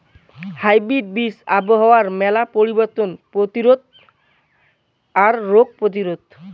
hybrid বীজ আবহাওয়ার মেলা পরিবর্তন প্রতিরোধী আর রোগ প্রতিরোধী